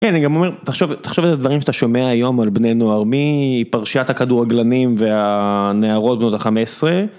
כן, אני גם אומר, תחשוב על הדברים שאתה שומע היום על בני נוער מפרשיית הכדורגלנים והנערות בנות ה-15.